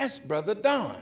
as brother don